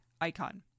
icon